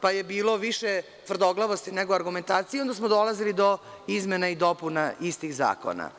pa je bilo više tvrdoglavosti nego argumentacije i onda smo dolazili do izmena i dopuna istih zakona.